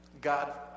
God